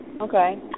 Okay